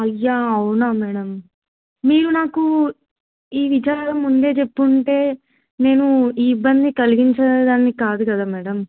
అయ్యా అవునా మేడం మీరు నాకు ఈ విచారం ముందే చెప్పుంటే నేను ఈ ఇబ్బంది కలిగించదానికి కాదు కదా మేడం